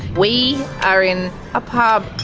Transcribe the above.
we are in a pub.